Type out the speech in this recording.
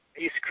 East